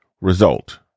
result